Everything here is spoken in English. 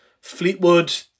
Fleetwood